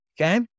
Okay